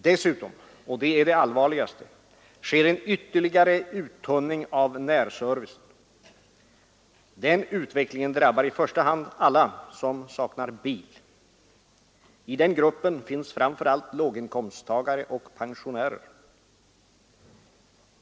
Dessutom — och det är det allvarligaste — sker en ytterligare uttunning av närservicen. Den utvecklingen drabbar i första hand alla som saknar bil. I den gruppen finns framför allt låginkomsttagare och pensionärer.